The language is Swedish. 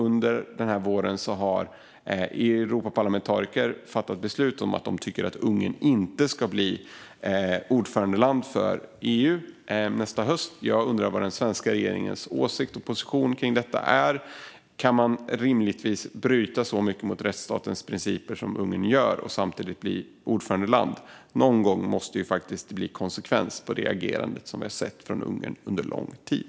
Under den gångna våren har Europaparlamentariker beslutat att de tycker att Ungern inte ska bli ordförandeland för EU nästa höst. Jag undrar vad den svenska regeringens åsikt och position är när det gäller detta. Kan man bryta så mycket mot rättsstatens principer som Ungern gör och samtidigt bli ordförandeland? Någon gång måste det ju bli konsekvenser av det agerande som vi har sett från Ungern under lång tid.